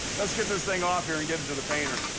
let's get this thing off here and get it to the painter.